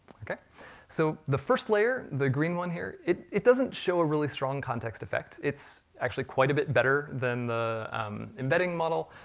so the first layer, the green one here, it it doesn't show a really strong context effect. it's actually quite a bit better than the embedding model,